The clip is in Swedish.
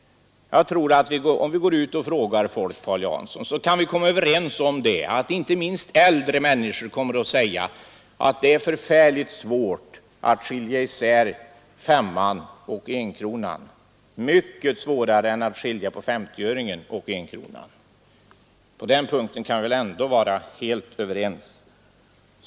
Jag tror, Paul Jansson, att om vi går ut och frågar folk kommer inte minst äldre människor att säga att det är förfärligt svårt att hålla isär femkronan och enkronan — mycket svårare än att skilja på femtioöringen och enkronan. På den punkten kan vi väl ändå vara helt överens.